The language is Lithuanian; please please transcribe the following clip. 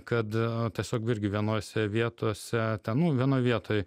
kad tiesiog irgi vienose vietose ten nu vienoj vietoj